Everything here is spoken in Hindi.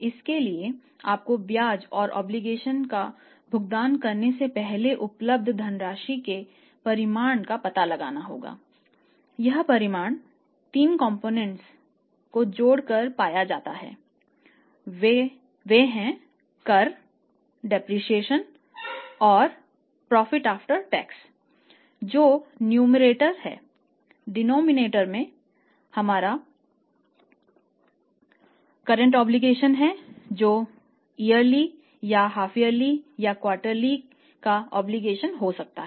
इसके लिए आपको ब्याज और ओब्लिगेशन हो सकता है